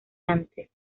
antes